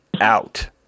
out